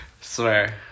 Swear